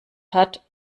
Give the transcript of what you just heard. hat